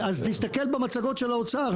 תסתכל במצגות של האוצר,